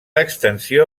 extensió